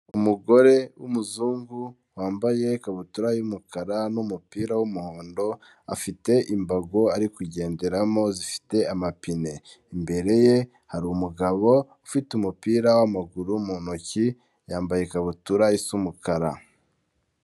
Umugore w'umuzungu wambaye ikabutura y'umukara n'umupira w'umuhondo, afite imbago arikugenderamo zifite amapine, imbere ye hari umugabo ufite umupira w'amaguru mu ntoki, yambaye ikabutura isa umukara.